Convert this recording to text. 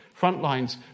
Frontlines